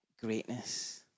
greatness